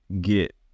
get